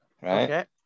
right